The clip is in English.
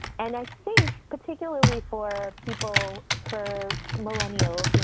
and i think particularly for people, for millennials, you know